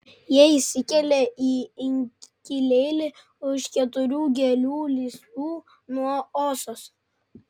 jie įsikelia į inkilėlį už keturių gėlių lysvių nuo osos